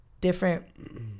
different